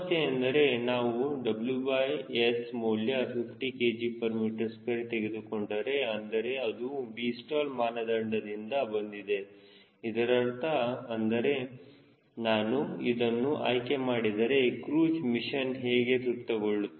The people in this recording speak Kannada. ಸಮಸ್ಯೆ ಎಂದರೆ ನಾನು WS ಮೌಲ್ಯ 50 kgm2 ತೆಗೆದುಕೊಂಡರೆ ಅಂದರೆ ಅದು Vstall ಮಾನದಂಡದಿಂದ ಬಂದಿದೆ ಇದರರ್ಥ ಅಂದರೆ ನಾನು ಇದನ್ನು ಆಯ್ಕೆ ಮಾಡಿದರೆ ಕ್ರೂಜ್ ಮಿಷನ್ ಹೇಗೆ ತೃಪ್ತಿಗೊಳ್ಳುತ್ತದೆ